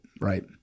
right